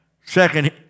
Second